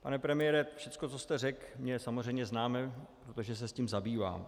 Pane premiére, všechno, co jste řekl, mně je samozřejmě známo, protože se tím zabývám.